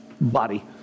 body